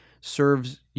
serves